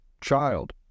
child